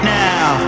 now